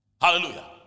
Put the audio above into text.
Hallelujah